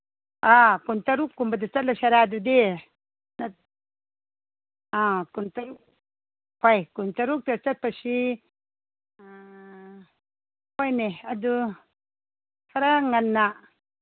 ꯑꯥ ꯀꯨꯟꯇꯔꯨꯛꯀꯨꯝꯕꯗ ꯆꯠꯂꯁꯤꯔꯥ ꯑꯗꯨꯗꯤ ꯑꯥ ꯀꯨꯟꯇꯔꯨꯛ ꯍꯣꯏ ꯀꯨꯟꯇꯔꯨꯛꯇ ꯆꯠꯄꯁꯤ ꯍꯣꯏꯅꯦ ꯑꯗꯨ ꯈꯔ ꯉꯟꯅ